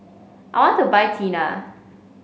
I want to buy Tena